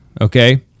okay